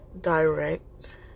direct